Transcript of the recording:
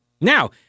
Now